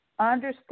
understand